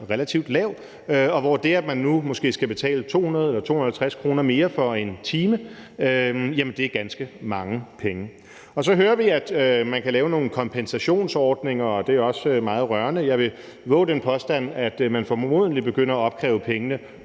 relativt lav, og hvor det, at man måske nu skal betale 200 kr. eller 250 kr. mere for en time, er ganske mange penge. Så hører vi, at man kan lave nogle kompensationsordninger, og det er også meget rørende. Jeg vil vove den påstand, at man formodentlig begynder at opkræve pengene